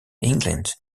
england